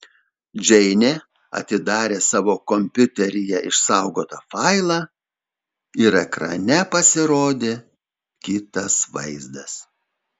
džeinė atidarė savo kompiuteryje išsaugotą failą ir ekrane pasirodė kitas vaizdas